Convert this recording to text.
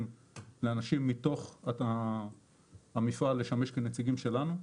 לאנשים מתוך המפעל לשמש כנציגים שלנו.